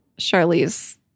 Charlize